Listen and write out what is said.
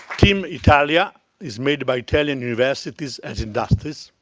team italia is made by italian universities and industries.